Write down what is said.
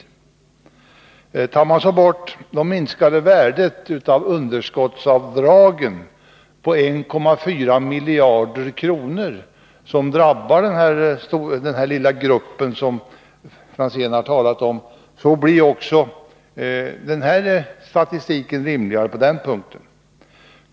Räknar man bort det minskade värdet av underskottsavdragen på 1,4 miljarder kronor, som drabbar den lilla grupp som Tommy Franzén har talat om, blir också den statistiken rimligare på den punkten.